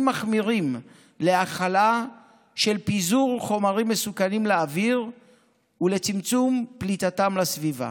מחמירים להחלה של פיזור חומרים מסוכנים לאוויר ולצמצום פליטתם לסביבה.